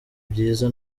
byiza